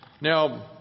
Now